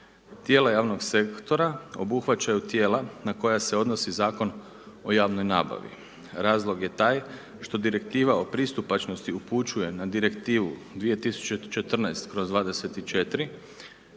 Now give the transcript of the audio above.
Tijela javnog sektora obuhvaćaju tijela na koja se odnosi Zakon o javnoj nabavi. Razlog je taj što direktiva o pristupačnosti upućuje na Direktivu 2014/24,